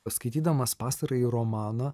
skaitydamas pastarąjį romaną